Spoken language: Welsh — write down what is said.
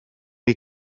gyd